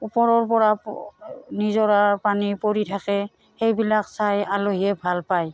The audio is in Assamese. ওপৰৰপৰা নিজৰাৰ পানী পৰি থাকে সেইবিলাক চাই আলহীয়ে ভাল পায়